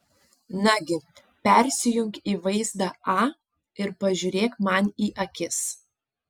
nagi persijunk į vaizdą a ir pažiūrėk man į akis